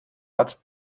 hat